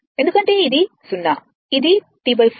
ఎందుకంటే ఇది 0 ఇది T 4 అని అనుకుందాం